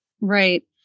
Right